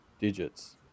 digits